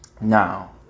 Now